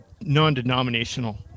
non-denominational